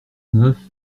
neuf